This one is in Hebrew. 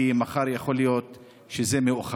כי מחר יכול להיות מאוחר.